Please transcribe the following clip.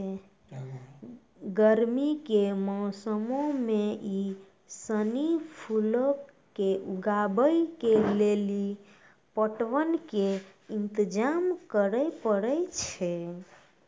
गरमी के मौसमो मे इ सिनी फलो के उगाबै के लेली पटवन के इंतजाम करै पड़ै छै